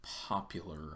popular